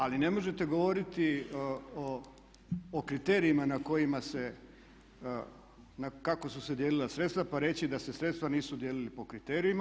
Ali ne možete govoriti o kriterijima na kojima se, kako su se dijelila sredstva pa reći da se sredstva nisu dijelila po kriterijima.